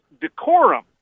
decorum